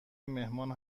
مهمان